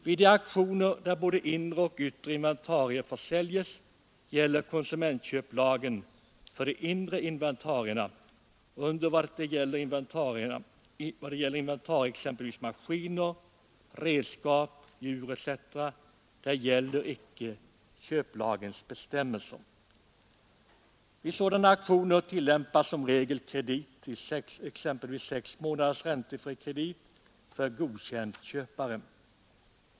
Vid de auktioner där både inre och yttre inventarier försäljs gäller konsument köplagen för de inre inventarierna under det att köplagens bestämmelser icke gäller för de yttre inventarierna, t.ex. maskiner, redskap och djur. Vid sådana auktioner tillämpas som regel exempelvis sex månaders räntefri kredit för godkänd köpare.